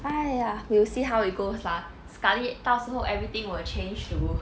!aiya! we'll see how it goes lah sekali 到时候 everything will change to